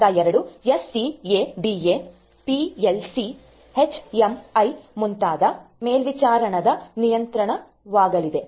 ಹಂತ 2 SCADA PLC HMI ಮುಂತಾದ ಮೇಲ್ವಿಚಾರಣಾ ನಿಯಂತ್ರಣವಾಗಲಿದೆ